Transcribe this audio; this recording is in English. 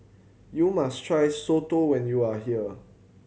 you must try soto when you are here